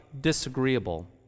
disagreeable